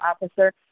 Officer